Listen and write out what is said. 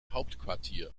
hauptquartier